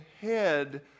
head